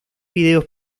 videos